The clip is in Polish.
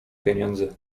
pieniędzy